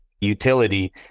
utility